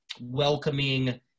welcoming